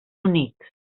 unit